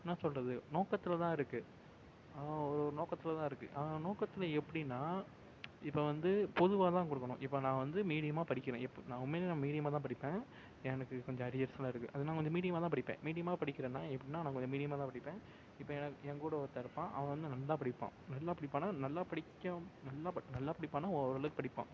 என்ன சொல்கிறது நோக்கத்தில் தான் இருக்குது அவன் அவனோடய நோக்கத்தில் தான் இருக்குது அவன் அவன் நோக்கத்தில் எப்படின்னா இப்போ வந்து பொதுவாக தான் கொடுக்கணும் இப்போ நான் வந்து மீடியமாகப் படிக்கிறேன் எப் நான் உண்மையிலேயே மீடியமாக தான் படிப்பேன் எனக்கு கொஞ்சம் அரியர்ஸ்லாம் இருக்குது அது நான் கொஞ்சம் மீடியமாக தான் படிப்பேன் மீடியமாக படிக்கிறேன்னால் எப்படின்னா நான் கொஞ்சம் மீடியமாக தான் படிப்பேன் இப்ப எனக் என் கூட ஒருத்தன் இருப்பான் அவன் வந்து நல்லாப் படிப்பான் நல்லாப் படிப்பான்னால் நல்லா படிக்க நல்லா நல்லாப் படிப்பான்னால் ஓரளவுக்குப் படிப்பான்